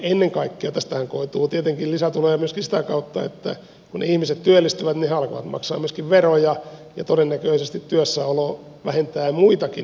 ennen kaikkea tästähän koituu tietenkin lisätuloja myöskin sitä kautta että kun ihmiset työllistyvät niin he alkavat maksaa myöskin veroja ja todennäköisesti työssäolo vähentää muitakin yhteiskunnallisia kustannuksia